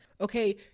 okay